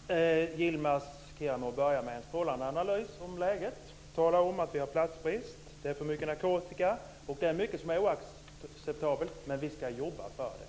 Fru talman! Yilmaz Kerimo börjar med en strålande analys av läget. Han talar om att vi har platsbrist, att det är för mycket narkotika och att det är mycket som är oacceptabelt men att man ska jobba med det.